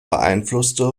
beeinflusste